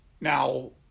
Now